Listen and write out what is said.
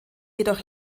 jedoch